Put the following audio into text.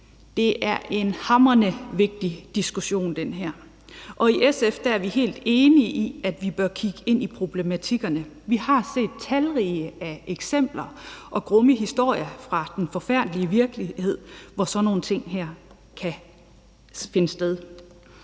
her er en hamrende vigtig diskussion, og i SF er vi helt enige i, at vi bør kigge ind i problematikkerne. Vi har set talrige eksempler og grumme historier fra den forfærdelige virkelighed, hvor sådan nogle ting her kan finde sted.